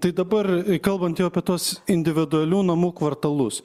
tai dabar kalbant jau apie tuos individualių namų kvartalus